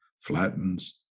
flattens